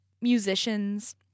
musicians